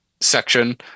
section